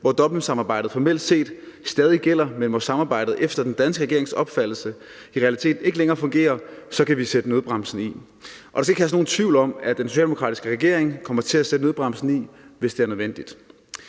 hvor Dublinsamarbejdet formelt set stadig gælder, men hvor samarbejdet efter den danske regerings opfattelse i realiteten ikke længere fungerer, så kan vi trække i nødbremsen. Og der skal ikke herske nogen tvivl om, at den socialdemokratiske regering kommer til at trække i nødbremsen, hvis det er nødvendigt.